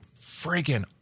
freaking